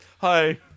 Hi